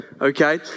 okay